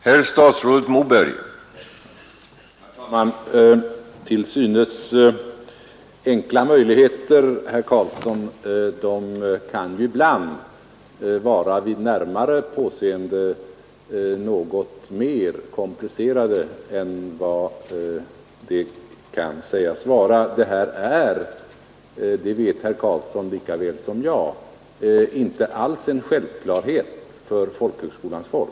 Herr talman! Till synes enkla möjligheter kan ibland, herr Karlsson i Mariefred, vid närmare påseende vara något mer komplicerade än vad de kan verka. Denna enkla fråga är, det vet herr Karlsson lika väl som jag, inte alls en självklarhet för folkhögskolans folk.